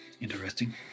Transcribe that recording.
Interesting